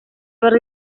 berri